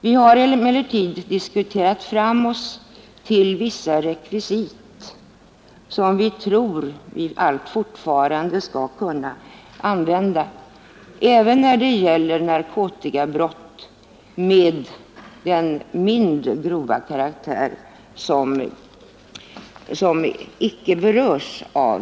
Vi har emellertid diskuterat oss fram till vissa rekvisit, som vi tror att vi allt fortfarande skall kunna använda även när det gäller narkotikabrott av den mindre grova karaktär som propositionen inte syftar till.